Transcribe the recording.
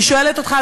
אני שואלת אותך,